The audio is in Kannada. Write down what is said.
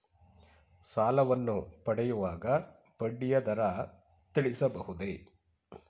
ಸಾಲವನ್ನು ಪಡೆಯುವಾಗ ಬಡ್ಡಿಯ ದರ ತಿಳಿಸಬಹುದೇ?